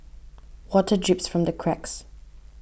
water drips from the cracks